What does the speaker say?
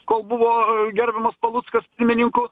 kol buvo gerbiamas paluckas pirmininku